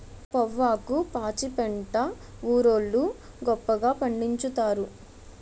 పొవ్వాకు పాచిపెంట ఊరోళ్లు గొప్పగా పండిచ్చుతారు